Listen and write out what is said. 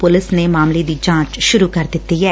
police ਨੇ ਮਾਮਲੇ ਦੀ ਜਾਂਚ ਸ਼ਰੂ ਕਰ ਦਿੱਡੀ ਐ